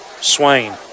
Swain